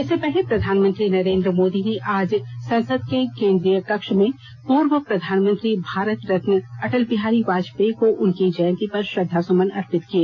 इससे पहले प्रधानमंत्री नरेन्द्र मोदी ने आज संसद के केंद्रीय कक्ष में पूर्व प्रधानमंत्री भारत रत्न अटल बिहारी वाजपेयी को उनकी जयंती पर श्रद्वासुमन अर्पित किए